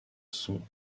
sont